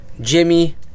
Jimmy